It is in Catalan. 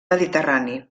mediterrani